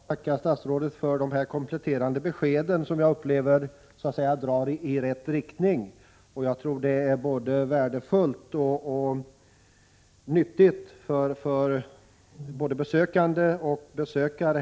Herr talman! Jag tackar statsrådet för de kompletterande beskeden. Jag upplever det som om man går i rätt riktning. Jag tror att de planerade besöken är värdefulla och nyttiga för både besökta och besökare.